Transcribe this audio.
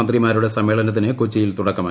മന്ത്രിമാരുടെ സമ്മേളനത്തിന് കൊച്ചിയിൽ തുടക്കമായി